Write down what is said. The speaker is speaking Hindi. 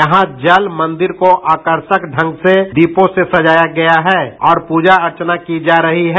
यहां जल मंदिर को आकर्षक ढंग से दीपों से सजाया गया है और पूजा अर्चना की जा रही है